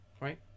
right